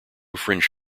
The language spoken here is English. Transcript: fringe